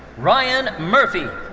ryan murphy.